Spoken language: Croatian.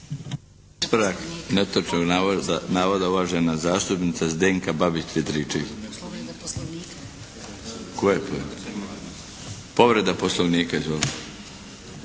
Ispravak netočnog navoda, uvažena zastupnica Zdenka Babić Petričević. Povreda Poslovnika, izvolite.